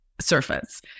surface